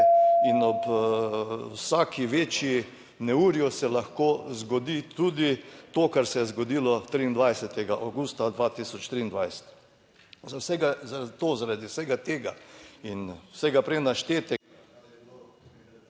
in ob vsaki večji, neurju, se lahko zgodi tudi to kar se je zgodilo 23. avgusta 2023, za vse, zato zaradi vsega tega in vsega prej naštetega...